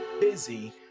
busy